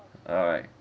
alright